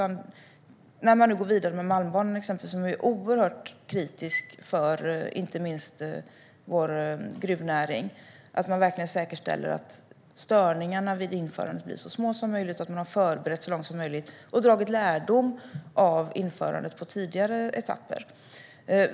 När man nu går vidare med exempelvis Malmbanan, som är oerhört kritisk för gruvnäringen, ska man säkerställa att störningarna vid införandet blir så små som möjligt och att man har förberett så mycket som möjligt genom att dra lärdom av införandet på tidigare etapper.